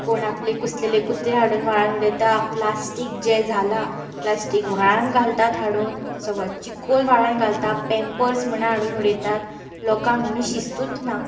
कोण आपले कुसलेले कुत्रे हाडून व्हाळांत उडयता प्लास्टीक जें जालां प्लास्टीक व्हाळांत घालतात हाडून सगळो चिकोल व्हाळांत घालतात पेमपर्स म्हणून हाडून उडयतात लोकांक म्हणून शिस्तूच ना